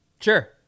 Sure